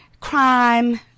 crime